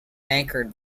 anchored